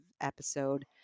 episode